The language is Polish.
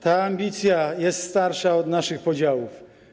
Ta ambicja jest starsza od naszych podziałów.